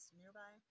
nearby